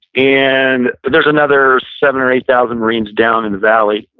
and there's another seven or eight thousand marines down in the valley,